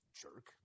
jerk